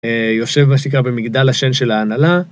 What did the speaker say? יושב במה שנקרא במגדל השן של ההנהלה.